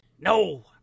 No